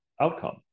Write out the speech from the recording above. outcome